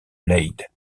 leyde